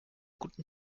guten